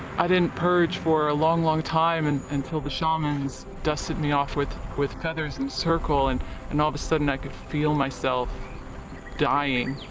i didn't purge for a long long time and until the shamans dusted me off with with feathers and circle and and all of a sudden i could feel myself dying,